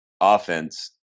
offense